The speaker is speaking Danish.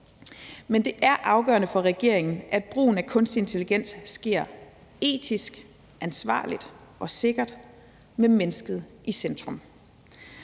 Men det er afgørende for regeringen, at brugen af kunstig intelligens sker etisk ansvarligt og sikkert med mennesket i centrum.